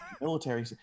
military